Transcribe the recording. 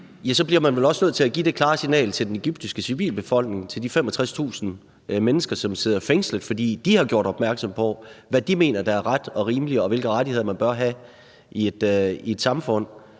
bliver man vel også nødt til at sende det klare signal til den egyptiske civilbefolkning og til de 65.000 mennesker, som sidder fængslet, fordi de har gjort opmærksom på, hvad de mener er ret og rimeligt, og hvilke rettigheder man bør have i et samfund,